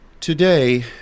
Today